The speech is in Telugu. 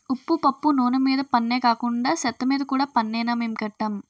ఉప్పు పప్పు నూన మీద పన్నే కాకండా సెత్తమీద కూడా పన్నేనా మేం కట్టం